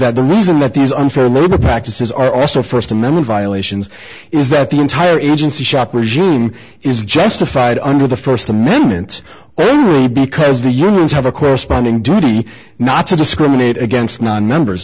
that the reason that these unfair labor practices are also first amendment violations is that the entire agency shop regime is justified under the first amendment because the unions have a corresponding duty not to discriminate against nonmembers